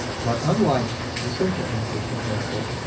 but unlike the simple interest example,